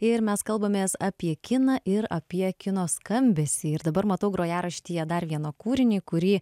ir mes kalbamės apie kiną ir apie kino skambesį ir dabar matau grojaraštyje dar vieną kūrinį kurį